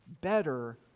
better